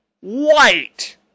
White